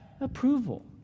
approval